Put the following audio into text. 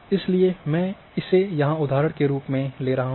इसलिए मैं इसे यहां उदाहरण के रूप में ले रहा हूं